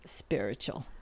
spiritual